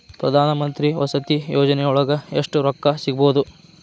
ಪ್ರಧಾನಮಂತ್ರಿ ವಸತಿ ಯೋಜನಿಯೊಳಗ ಎಷ್ಟು ರೊಕ್ಕ ಸಿಗಬೊದು?